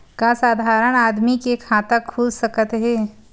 का साधारण आदमी के खाता खुल सकत हे?